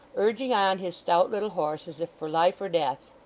urging on his stout little horse as if for life or death.